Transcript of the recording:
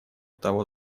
того